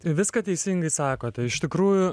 viską teisingai sakote iš tikrųjų